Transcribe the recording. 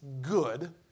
good